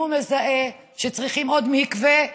אם הוא מזהה שצריכים עוד מקווה,